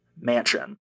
Mansion